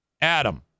Adam